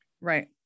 Right